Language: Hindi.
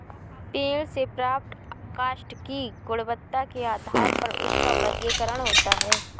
पेड़ से प्राप्त काष्ठ की गुणवत्ता के आधार पर उसका वर्गीकरण होता है